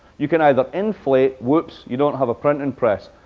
you can either inflate whoops, you don't have a printing press.